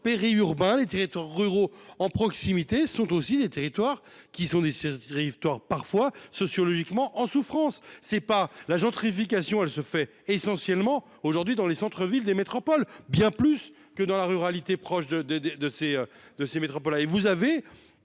périurbains, les territoires ruraux en proximité sont aussi des territoires qui sont des rives Touaregs parfois sociologiquement en souffrance, c'est pas la gentrification, elle se fait essentiellement aujourd'hui dans les centre-villes des métropoles, bien plus que dans la ruralité, proche de, de, de, de ces,